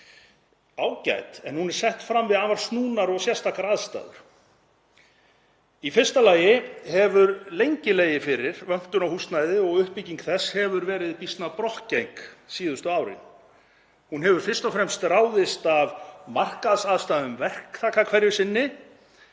ágæt en hún er sett fram við afar snúnar og sérstakar aðstæður. Í fyrsta lagi hefur lengi legið fyrir vöntun á húsnæði og uppbygging þess hefur verið býsna brokkgeng síðustu árin. Hún hefur fyrst og fremst ráðist af markaðsaðstæðum verktaka hverju sinni